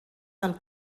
del